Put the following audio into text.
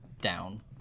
down